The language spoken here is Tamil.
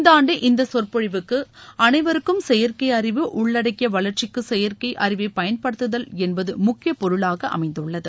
இந்தாண்டு இந்த சொற்பொழிவுக்கு அனைவருக்கும் செயற்கை அறிவு உள்ளடக்கிய வளர்க்சிக்கு செயற்கை அறிவை பயன்படுத்துதல் என்பது முக்கிய பொருளாக அமைந்துள்ளது